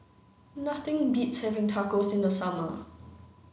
nothing beats having Tacos in the summer